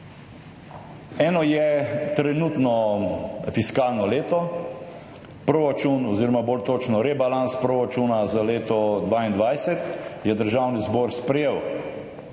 Eno je trenutno fiskalno leto. Proračun oziroma bolj točno rebalans proračuna za leto 2022 je Državni zbor sprejel.